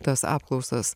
tas apklausas